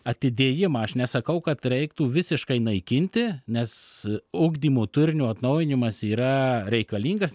atidėjimą aš nesakau kad reiktų visiškai naikinti nes ugdymo turinio atnaujinimas yra reikalingas